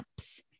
apps